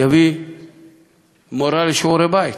יביא מורה לשיעורי הבית.